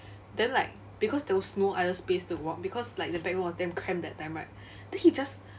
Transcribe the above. then like because there was no other space to walk because like the backroom was damn cramped that time right then he just